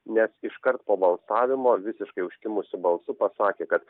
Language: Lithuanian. nes iškart po balsavimo visiškai užkimusiu balsu pasakė kad